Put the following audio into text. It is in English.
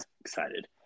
Excited